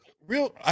real